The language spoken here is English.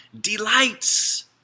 delights